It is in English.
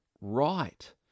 right